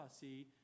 see